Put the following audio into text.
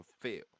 fail